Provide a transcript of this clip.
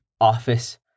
office